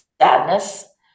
sadness